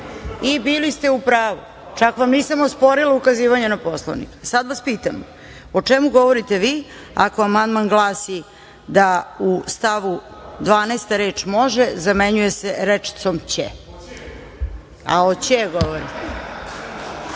i bili ste u pravu, čak vam i nisam osporila ukazivanje na Poslovnik. Sad vas pitam – o čemu govorite vi ako amandman glasi da u stavu 12. reč „može“, zamenjuje se rečcom „će“.(Miloš